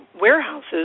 warehouses